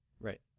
Right